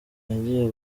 yagiye